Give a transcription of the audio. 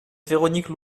véronique